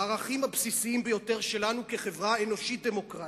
בערכים הבסיסיים ביותר שלנו כחברה אנושית דמוקרטית,